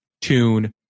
tune